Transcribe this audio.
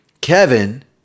Kevin